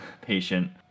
patient